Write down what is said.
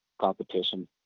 competition